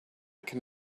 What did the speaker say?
can